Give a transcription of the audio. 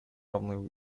равно